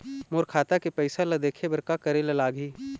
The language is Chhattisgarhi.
मोर खाता के पैसा ला देखे बर का करे ले लागही?